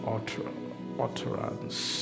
utterance